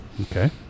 Okay